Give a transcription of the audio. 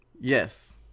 Yes